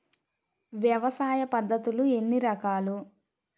వ్యవసాయ పద్ధతులు ఎన్ని రకాలు?